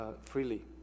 freely